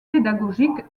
pédagogiques